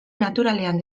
naturalean